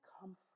comfort